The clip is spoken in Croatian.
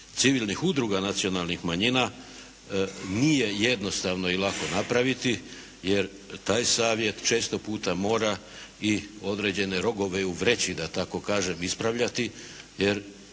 civilnih udruga nacionalnih manjina nije jednostavno i lako napraviti jer taj savjet često puta mora i određene rogove u vreći da tako kažem ispravljati, jer